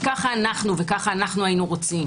כך אנו וכך היינו רוצים